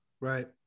Right